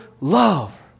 love